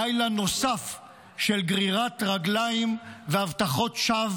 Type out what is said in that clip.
לילה נוסף של גרירת רגליים והבטחות שווא